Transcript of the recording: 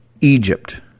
Egypt